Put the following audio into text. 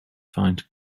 find